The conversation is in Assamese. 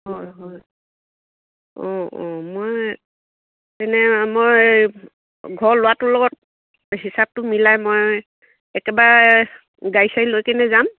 হয় হয় অঁ অঁ মই এনে মই এই ঘৰৰ ল'ৰাটোৰ লগত হিচাপটো মিলাই মই একেবাৰে গাড়ী চাড়ী লৈকেনে যাম